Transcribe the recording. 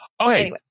Okay